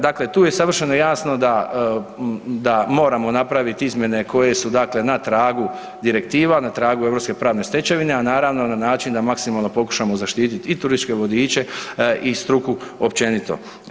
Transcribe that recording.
Dakle, tu je savršeno jasno da, da moramo napraviti izmjene koje su dakle na tragu direktiva, na tragu europske pravne stečevine, a naravno na način da maksimalno pokušamo zaštiti i turističke vodiče i struku općenito.